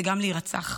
גם להירצח.